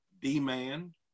demand